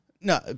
No